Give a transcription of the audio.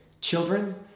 children